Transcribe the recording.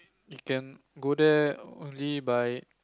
you can go there only by